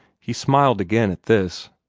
he smiled again at this.